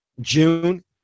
June